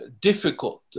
difficult